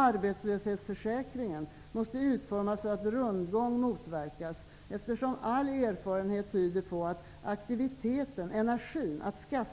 Arbetslöshetsförsäkringen måste utformas så att rundgång motverkas, eftersom all erfarenhet tyder på att aktiviteten, energin,